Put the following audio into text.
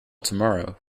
tomorrow